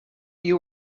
you